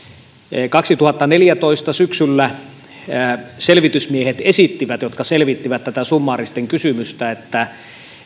vuoden kaksituhattaneljätoista syksyllä ne selvitysmiehet esittivät jotka selvittivät tätä summaaristen kysymystä että